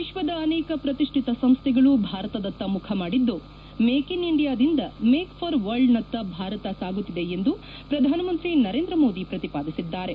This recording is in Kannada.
ವಿಶ್ವದ ಅನೇಕ ಪ್ರತಿಷ್ಠಿತ ಸಂಸ್ಥೆಗಳು ಭಾರತದತ್ತ ಮುಖ ಮಾಡಿದ್ದು ಮೇಕ್ ಇನ್ ಇಂಡಿಯಾ ದಿಂದ ಮೇಕ್ ಫಾರ್ ವರ್ಲ್ಡ್ನತ್ತ ಭಾರತ ಸಾಗುತ್ತಿದೆ ಎಂದು ಪ್ರಧಾನಮಂತ್ರಿ ನರೇಂದ್ರ ಮೋದಿ ಪ್ರತಿಪಾದಿಸಿದ್ದಾರೆ